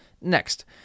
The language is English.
Next